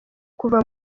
kuva